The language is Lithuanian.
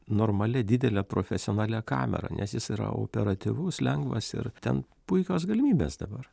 normalia didele profesionalia kamera nes jis yra operatyvus lengvas ir ten puikios galimybės dabar